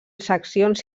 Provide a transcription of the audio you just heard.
seccions